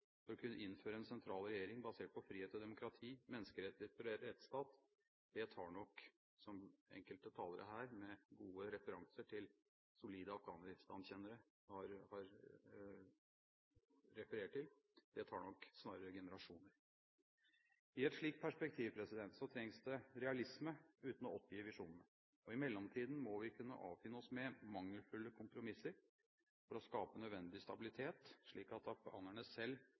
for å kunne innføre en sentral regjering basert på frihet og demokrati, menneskerettigheter og rettstat tar nok, som enkelte talere her med gode referanser til solide Afghanistan-kjennere har referert til, snarere generasjoner. I et slikt perspektiv trengs det realisme uten å oppgi visjonene. Og i mellomtiden må vi kunne avfinne oss med mangelfulle kompromisser for å skape nødvendig stabilitet, slik at afghanerne selv